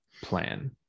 plan